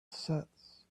sets